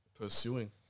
pursuing